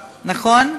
נכון?